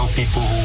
people